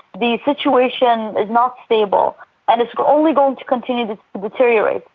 the situation is not stable and it's only going to continue to deteriorate.